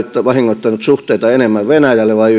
vahingoittanut suhteita enemmän venäjään vai